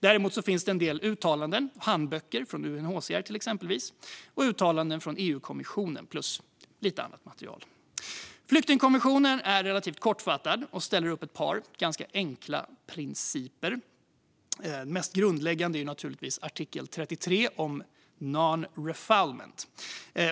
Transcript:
Däremot finns en del uttalanden, handböcker från exempelvis UNHCR och uttalanden från EU-kommissionen plus lite annat material. Flyktingkonventionen är relativt kortfattad och ställer upp ett par ganska enkla principer. Den mest grundläggande är artikel 33 om non-refoulement.